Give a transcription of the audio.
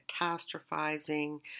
catastrophizing